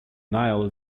nile